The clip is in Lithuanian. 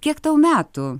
kiek tau metų